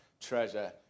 treasure